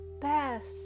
best